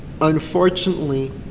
Unfortunately